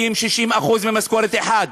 60% חיים ממשכורת אחת.